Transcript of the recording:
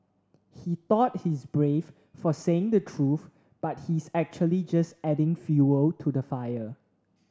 he thought he's brave for saying the truth but he's actually just adding fuel to the fire